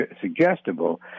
suggestible